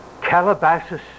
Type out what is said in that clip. Calabasas